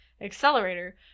accelerator